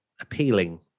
appealing